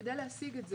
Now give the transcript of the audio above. כדי להשיג את זה,